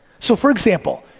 so, for example,